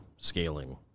scaling